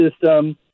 system